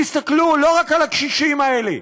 תסכלו לא רק על הקשישים האלה,